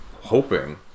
hoping